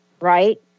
right